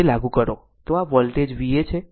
તો આ voltage Va છે